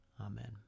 Amen